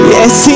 Yes